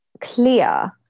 clear